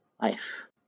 life